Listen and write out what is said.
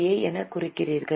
ஏ எனக் குறிக்கிறீர்கள்